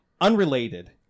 Unrelated